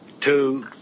two